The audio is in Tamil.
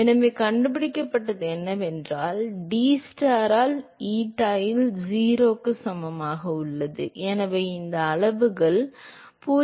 எனவே கண்டுபிடிக்கப்பட்டது என்னவென்றால் dTstar ஆல் eta இல் 0 க்கு சமமாக உள்ளது எனவே இந்த அளவுகள் 0